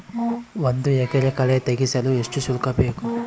ಒಂದು ಎಕರೆ ಕಳೆ ತೆಗೆಸಲು ಎಷ್ಟು ಶುಲ್ಕ ಬೇಕು?